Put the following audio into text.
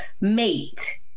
mate